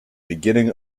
beginning